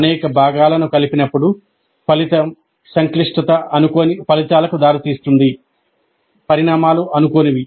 అనేక భాగాలను కలిపినప్పుడు ఫలిత సంక్లిష్టత అనుకోని ఫలితాలకు దారితీస్తుంది పరిణామాలు అనుకోనివి